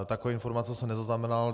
Takové informace jsem nezaznamenal.